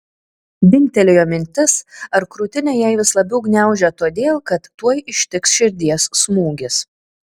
dingtelėjo mintis ar krūtinę jai vis labiau gniaužia todėl kad tuoj ištiks širdies smūgis